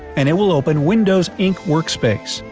and it will open windows ink workspace.